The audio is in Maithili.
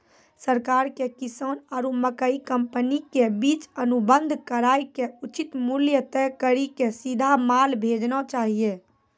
सरकार के किसान आरु मकई कंपनी के बीच अनुबंध कराय के उचित मूल्य तय कड़ी के सीधा माल भेजना चाहिए?